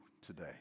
today